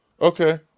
Okay